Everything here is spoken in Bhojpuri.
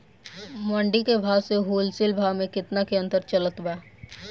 मंडी के भाव से होलसेल भाव मे केतना के अंतर चलत बा?